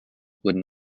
would